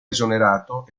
esonerato